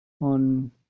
on